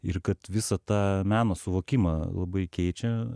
ir kad visą tą meno suvokimą labai keičia